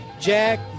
Jack